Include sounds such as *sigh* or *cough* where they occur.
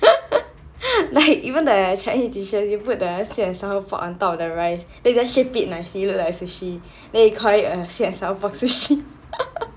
*laughs* like even the chinese dishes you put the sweet and sour pork on top of the rice then you just shape it nicely look like sushi then you call it a sweet and sour pork sushi *laughs*